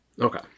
Okay